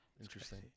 Interesting